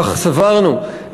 כך סברנו,